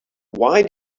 why